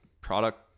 product